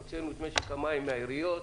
הוצאנו את משק המים מהעיריות.